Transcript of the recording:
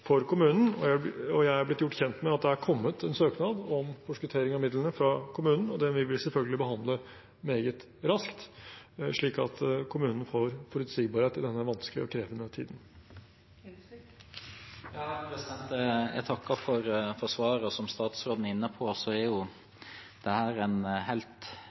for kommunen. Jeg er blitt gjort kjent med at det er kommet en søknad om forskuttering av midlene fra kommunen, og den vil vi selvfølgelig behandle meget raskt, slik at kommunen får forutsigbarhet i denne vanskelige og krevende tiden. Jeg takker for svaret. Som statsråden er inne på, er dette en helt ekstraordinær, alvorlig hendelse – av det